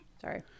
Sorry